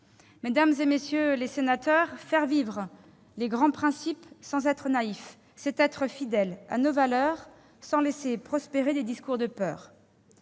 Mesdames, messieurs les sénateurs, faire vivre les grands principes sans être naïfs, c'est être fidèles à nos valeurs sans laisser prospérer des discours de peur.